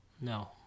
No